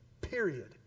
period